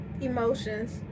emotions